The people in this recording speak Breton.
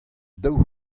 daou